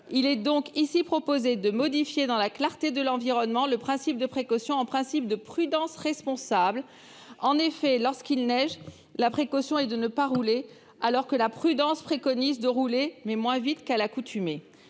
il est ici proposé de transformer, dans la Charte de l'environnement, le principe de « précaution » en un principe de « prudence responsable ». En effet, lorsqu'il neige, la précaution est de ne pas rouler, alors que la prudence préconise de rouler, mais moins vite qu'à l'accoutumée.